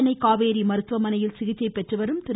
சென்னை காவேரி மருத்துவமனையில் சிகிச்சை பெற்றுவரும் திரு